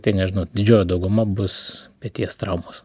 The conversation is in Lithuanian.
tai nežinau didžioji dauguma bus peties traumos